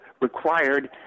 required